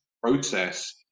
process